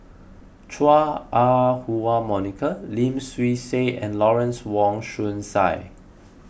Chua Ah Huwa Monica Lim Swee Say and Lawrence Wong Shyun Tsai